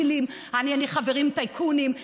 היחידים מהקואליציה ומהאופוזיציה,